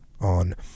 on